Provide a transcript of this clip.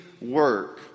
work